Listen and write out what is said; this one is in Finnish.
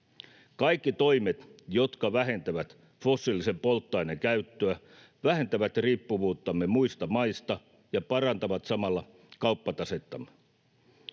Kaikki toimet, jotka vähentävät fossiilisen polttoaineen käyttöä, vähentävät riippuvuuttamme muista maista ja parantavat samalla kauppatasettamme.